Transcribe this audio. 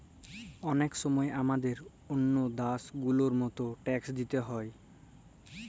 অলেক সময় হামাদের ওল্ল দ্যাশ গুলার মত ট্যাক্স দিতে হ্যয়